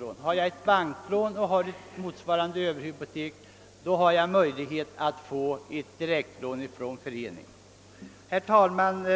Men har jag ett banklån med motsvarande överhypotek har jag möjlighet att få ett direktlån av föreningen. Herr talman!